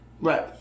Right